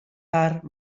har